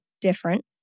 different